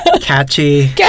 catchy